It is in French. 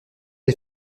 des